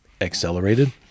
accelerated